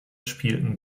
spielten